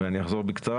ואני אחזור בקצרה,